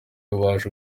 ububaji